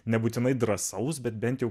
nebūtinai drąsaus bet bent jau